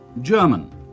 German